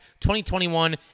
2021